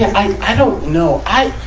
i don't know. i,